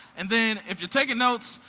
and then, if you're taking notes,